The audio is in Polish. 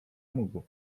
mógł